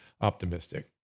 optimistic